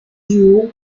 jiu